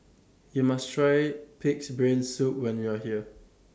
YOU must Try Pig'S Brain Soup when YOU Are here